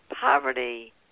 poverty